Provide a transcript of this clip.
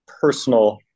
personal